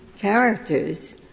characters